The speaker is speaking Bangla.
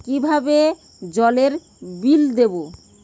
কিভাবে জলের বিল দেবো?